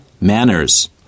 manners